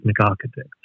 architect